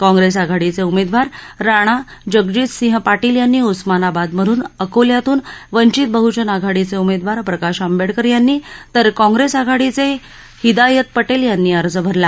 काँग्रेस आघाडीचे उमेदवार राणा जगजीतसिंह पाटील यांनी उस्मानाबादमधून अकोल्यातून वंचित बहुजन आघाडीचे उमेदवार प्रकाश आंबेडकर यांनी तर काँप्रेस आघाडीचे हिदायत पटेल यांनी अर्ज भरला